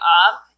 up